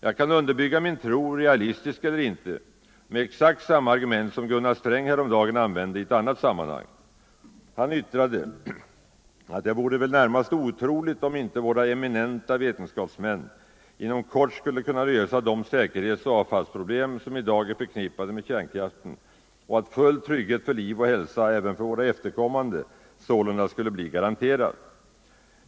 Jag kan underbygga min tro, realistisk eller inte, med exakt samma argument som Gunnar Sträng häromdagen använde i ett annat sammanhang. Han yttrade att det väl närmast vore otroligt om inte våra eminenta vetenskapsmän inom kort skulle kunna lösa de säkerhetsoch avfallsproblem som i dag är förknippade med kärnkraften och att full trygghet för liv och hälsa även för våra efterkommande sålunda skulle bli garanterad.